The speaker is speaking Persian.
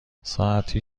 ساعتی